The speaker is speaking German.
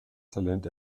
talent